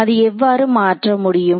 அது எவ்வாறு மாற்ற முடியும்